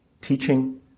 teaching